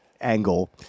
angle